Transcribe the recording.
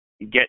get